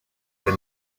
the